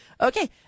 Okay